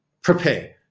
prepare